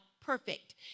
perfect